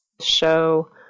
show